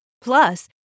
Plus